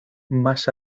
más